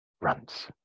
runs